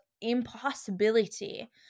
impossibility